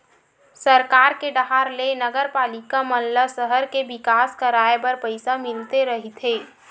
सरकार के डाहर ले नगरपालिका मन ल सहर के बिकास कराय बर पइसा मिलते रहिथे